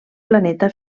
planeta